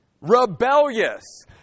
rebellious